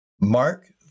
Mark